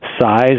size